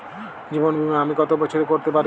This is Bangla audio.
জীবন বীমা আমি কতো বছরের করতে পারি?